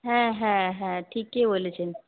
হ্যাঁ হ্যাঁ হ্যাঁ ঠিকই বলেছেন